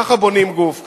ככה בונים גוף,